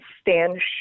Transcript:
Stand